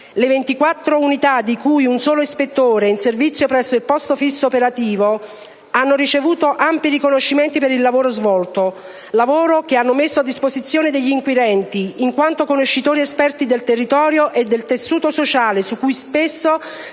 Le 24 unità, di cui un solo ispettore, in servizio presso il posto fisso operativo hanno ricevuto ampi riconoscimenti per il lavoro svolto, lavoro che hanno messo a disposizione degli inquirenti, in quanto conoscitori esperti del territorio e del tessuto sociale su cui spesso